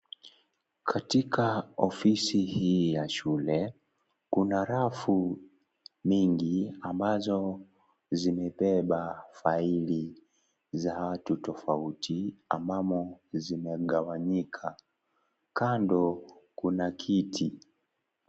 Katika ofisi hii ya shule kuna rafu mingi ambazo zimebeba faili za watu tofauti ambamo zimegawanyima. Kando kuna kiti.